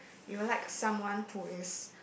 you will like someone who is